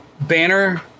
Banner